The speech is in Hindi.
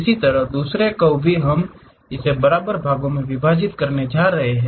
इसी तरह दूसरे कर्व भी हम इसे बराबर भागों में विभाजित करने जा रहे हैं